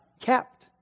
kept